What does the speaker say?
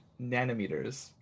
nanometers